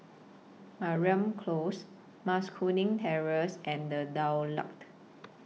Mariam Close Mas Kuning Terrace and The Daulat